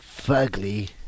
fugly